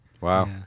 Wow